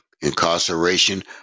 incarceration